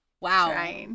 Wow